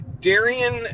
Darian